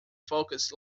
focus